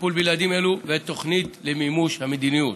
לטיפול בילדים אלו ותוכנית למימוש המדיניות.